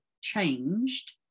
changed